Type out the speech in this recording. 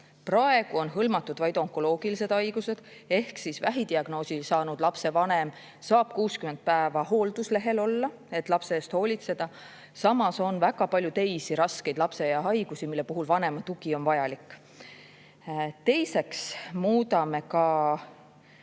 Praegu on hõlmatud vaid onkoloogilised haigused ehk siis vähidiagnoosi saanud lapse vanem saab 60 päeva hoolduslehel olla, et lapse eest hoolitseda. Samas on väga palju teisi raskeid lapseea haigusi, mille puhul vanema tugi on vajalik. Teiseks me muudame